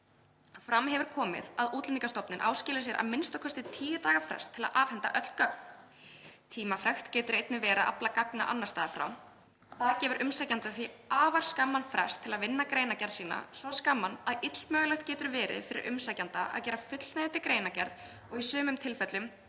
Fram hefur komið að Útlendingastofnun áskilur sér a.m.k. 10 daga frest til að afhenda öll gögn. Tímafrekt getur einnig verið að afla gagna annars staðar frá. Það gefur umsækjanda því afar skamman frest til að vinna greinargerð sína, svo skamman að illmögulegt getur verið fyrir umsækjanda að gera fullnægjandi greinargerð og í sumum tilfellum